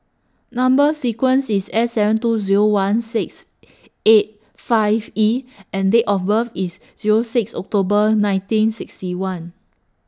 Number sequence IS S seven two Zero one six eight five E and Date of birth IS Zero six October nineteen sixty one